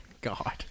God